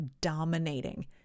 dominating